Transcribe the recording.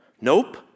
Nope